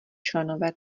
členové